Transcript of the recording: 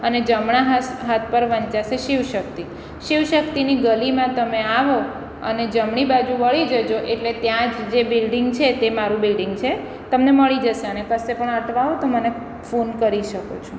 અને જમણા હાથ પર વંચાશે શિવ શક્તિ શિવ શક્તિની ગલીમાં તમે આવો અને જમણી બાજુ વળી જજો એટલે ત્યાં જ જે બિલ્ડિંગ છે તે મારું બિલ્ડિંગ છે તમને મળી જશે અને કશે પણ અટવાઓ તો મને ફોન કરી શકો છો